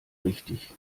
richtig